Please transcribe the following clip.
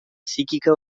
psíquica